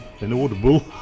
inaudible